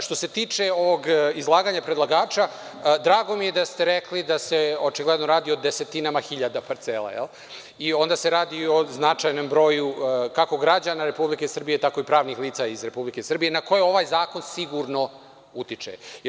Što se tiče izlaganja predlagača, drago mi je da ste rekli da se očigledno radi o desetinama hiljada parcela i onda se radi i o značajnom broju kako građana Republike Srbije, tako i pravnih lica iz Republike Srbije, na koje ovaj zakon sigurno utiče.